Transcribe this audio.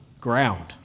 ground